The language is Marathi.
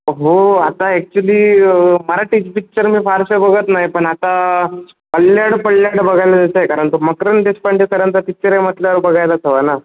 हो आता ॲक्च्युली मराठीचे पिक्चर मी फारसे बघत नाही पण आता पल्ल्याड पल्ल्याड बघायला जायचं आहे कारण तो मकरन देशपांडे सरांचा पिक्चर आहे म्हटल्यावर बघायलाच हवा ना